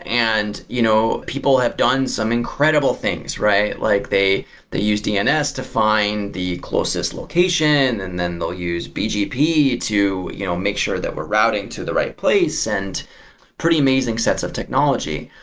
and you know people have done some incredible things, right? like they they use dns to find the closest location, and then the use bgp to you know make sure that we're routing to the right place, and pretty amazing sets of technology.